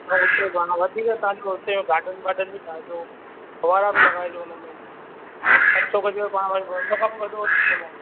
न उते पाण वधीक तव्हां जो उते जो गार्डन वार्डन बि ठाहिजो फ़ुआरा बि लॻाइजो उनमें पंज सौ गज जो पाण उनखां बि वॾो वठी ॾींदोमांव